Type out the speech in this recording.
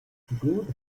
good